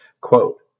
Quote